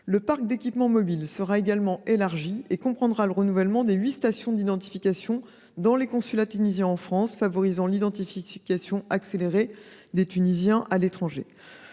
Le parc d’équipements mobiles sera également élargi ; il comprendra le renouvellement des huit stations d’identification dans les consulats tunisiens en France, favorisant l’identification accélérée des Tunisiens à l’étranger.